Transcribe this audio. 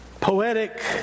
poetic